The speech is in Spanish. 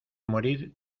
morir